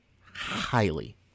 Highly